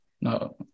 No